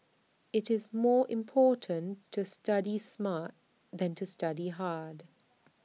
IT is more important to study smart than to study hard